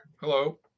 Hello